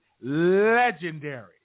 legendary